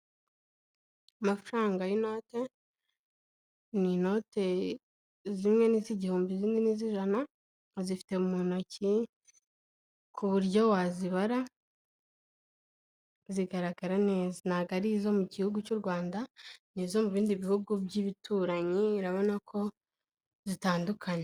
Amafaranga y'inote, ni inote zimwe ni iz'igihumbi, izindi ni iz'ijana, azifite mu ntoki ku buryo wazibara zigaragara neza, ntabwo ari izo mu gihugu cy'u Rwanda ni izo mu bindi bihugu by'ibituranyi urabona ko zitandukanye.